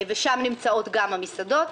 ושם נמצאות גם המסעדות.